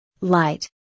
light